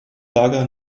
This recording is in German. lager